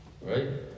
Right